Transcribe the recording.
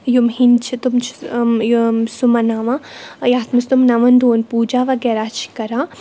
یِم ہیٚنٛدۍ چھِ تِم چھِ سُہ مَناوان یَتھ منٛز تِم نَوَن دۄہَن پوٗجا وَغیرہ چھِ کَران